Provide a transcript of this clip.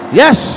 yes